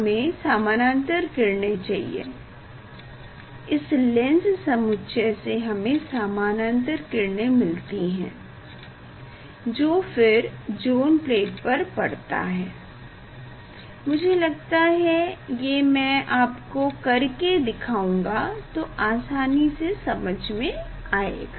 हमें समानांतर किरणें चाहिए इस लेंस समुच्चय से हमें समानांतर किरणें मिलती हैं जो फिर जोन प्लेट पर पड़ता है मुझे लगता है ये मै आपको कर के दिखाऊगा तो आसानी से समझ में आएगा